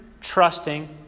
trusting